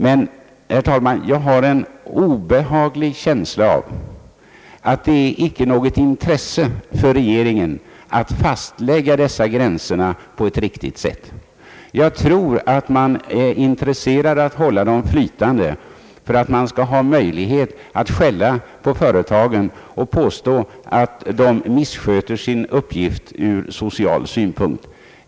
Jag har emellertid, herr talman, en obehaglig känsla av att det icke finns något intresse för regeringen att fastlägga dessa gränser på ett riktigt sätt. Jag tror man är intresserad av att hålla dem flytande för att ha möjlighet att misstänkliggöra företagen och påstå att de missköter sin uppgift ur social synpunkt.